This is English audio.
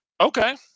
Okay